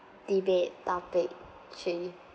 debate topic three